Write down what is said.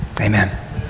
Amen